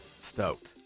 Stoked